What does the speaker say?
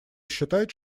считать